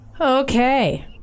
okay